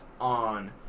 on